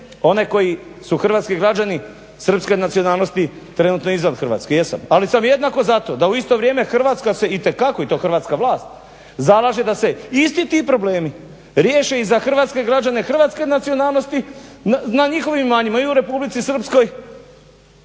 one koji su hrvatski građani srpske nacionalnosti trenutno izvan Hrvatske, jesam. Ali sam jednako tako da u isto vrijeme Hrvatska se itekako i to hrvatska vlast zalaže da se isti ti problemi riješe i za hrvatske građane hrvatske nacionalnosti na njihovim imanjima i u Republici Srpskoj